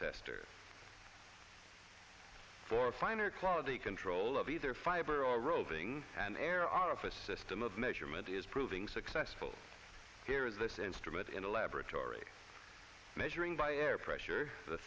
tester for finer quality control of either fiber or roving an air arfa system of measurement is proving successful here in this instrument in a laboratory measuring by air pressure the